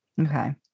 okay